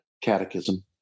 catechism